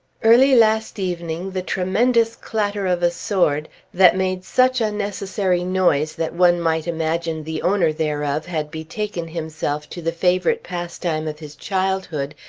early last evening the tremendous clatter of a sword that made such unnecessary noise that one might imagine the owner thereof had betaken himself to the favorite pastime of his childhood,